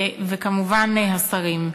וכמובן השרים,